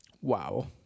Wow